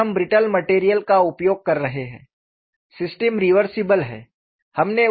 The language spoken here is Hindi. क्योंकि हम ब्रिट्टल मटेरियल का उपयोग कर रहे हैं सिस्टम रिवर्सिबल है